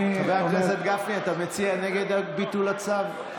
חבר הכנסת גפני, אתה מצביע נגד ביטול הצו?